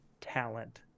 talent